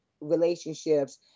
relationships